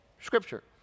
Scripture